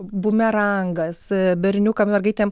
bumerangas berniukam mergaitėm